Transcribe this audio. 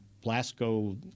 Blasco